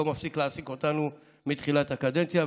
לא מפסיק להעסיק אותנו מתחילת הקדנציה,